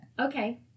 okay